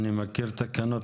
לחברה להגנת הטבע,